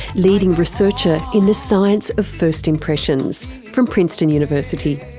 leading researcher in the science of first impressions, from princeton university.